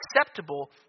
acceptable